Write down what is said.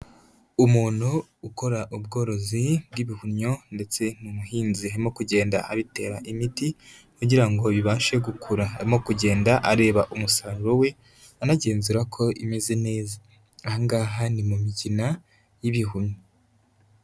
Umuntu ukora ubworozi bw'ibihumyo ndetse ni umuhinzi arimo kugenda abitera imiti kugira ngo bibashe gukura, arimo kugenda areba umusaruro we anagenzura ko imeze neza, aha ngaha ni mu migina y'ibihumyo.